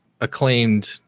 acclaimed